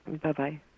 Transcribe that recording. Bye-bye